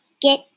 get